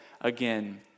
again